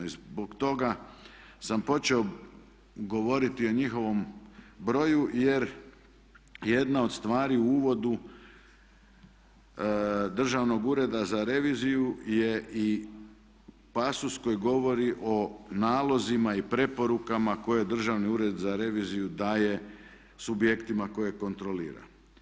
I zbog toga sam počeo govoriti o njihovom broju jer jedna od stvari u uvodu Državnog ureda za reviziju je i pasus koji govori o nalozima i preporukama koje Državni ured za reviziju daje subjektima koje kontrolira.